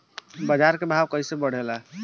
बाजार के भाव कैसे बढ़े ला?